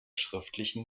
schriftlichen